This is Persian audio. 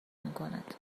میکند